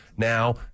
Now